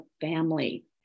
family